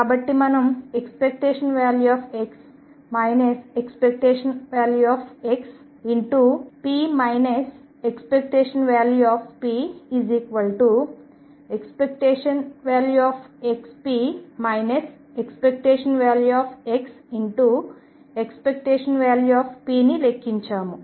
కాబట్టి మనం ⟨x ⟨x⟩ p ⟨p⟩⟩ ⟨xp⟩ ⟨x⟩⟨p⟩ని లెక్కించాము